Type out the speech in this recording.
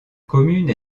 commune